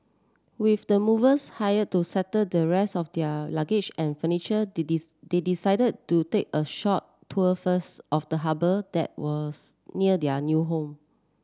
with the movers hired to settle the rest of their luggage and furniture they they decided to take a short tour first of the harbour that was near their new home